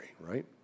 right